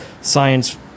Science